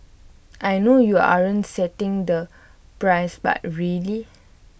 I know you aren't setting the price but really